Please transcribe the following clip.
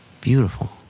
Beautiful